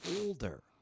older